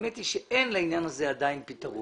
האמת היא שאין לעניין הזה עדיין פתרון.